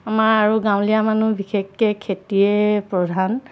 আমাৰ আৰু গাঁৱলীয়া মানুহ বিশেষকৈ খেতিয়ে প্ৰধান